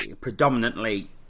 predominantly